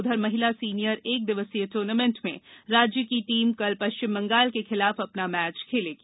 उधर महिला सिनियर एक दिवसीय टूर्नामेंट में राज्य की टीम कल पश्चिम बंगाल के खिलाफ अपना मैच खेलेगी